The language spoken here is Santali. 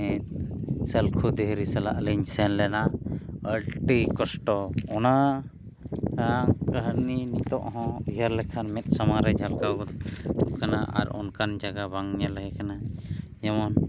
ᱢᱤᱫ ᱥᱟᱹᱞᱠᱷᱩ ᱫᱷᱤᱨᱤ ᱥᱟᱞᱟᱜ ᱞᱤᱧ ᱥᱮᱱ ᱞᱮᱱᱟ ᱟᱹᱰᱤ ᱠᱚᱥᱴᱚ ᱚᱱᱟ ᱠᱟᱹᱦᱱᱤ ᱱᱤᱛᱚᱜ ᱦᱚᱸ ᱩᱭᱦᱟᱹᱨ ᱞᱮᱠᱷᱟᱱ ᱢᱮᱫ ᱥᱟᱢᱟᱝ ᱨᱮ ᱡᱷᱟᱞᱠᱟᱣ ᱜᱚᱫᱚᱜ ᱠᱟᱱᱟ ᱟᱨ ᱚᱱᱠᱟᱱ ᱡᱟᱭᱜᱟ ᱵᱟᱝ ᱧᱮᱞ ᱦᱩᱭ ᱠᱟᱱᱟ ᱡᱮᱢᱚᱱ